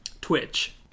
Twitch